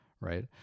Right